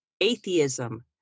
Atheism